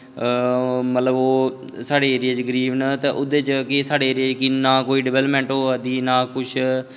मतलब ओह् साढ़े एरिया च गरीब न ते एह्दे च कि साढ़े एरिया नां कोई डवैलमैंट होआ दी नां कुछ